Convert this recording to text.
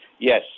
Yes